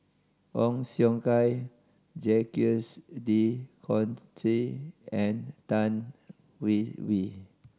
Ong Siong Kai Jacques De and Tan Hwee Hwee